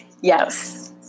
Yes